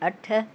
अठ